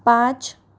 पाँच